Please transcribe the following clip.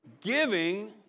giving